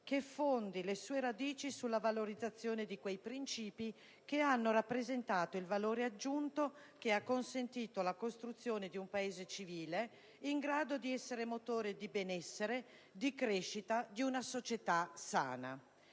che fondi le sue radici sulla valorizzazione di quei principi che hanno rappresentato il valore aggiunto che ha consentito la costruzione di un Paese civile in grado di essere motore di benessere e di crescita di una società sana.